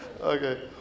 Okay